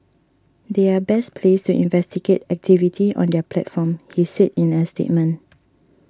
they are best placed to investigate activity on their platform he said in a statement